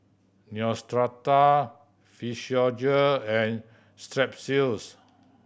Neostrata Physiogel and Strepsils